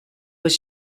was